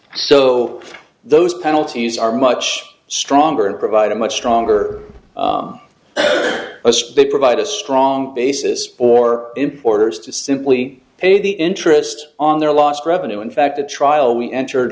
so those penalties are much stronger and provide a much stronger they provide a strong basis for importers to simply pay the interest on their lost revenue in fact the trial we entered